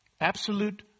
Absolute